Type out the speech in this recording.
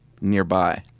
nearby